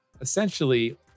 essentially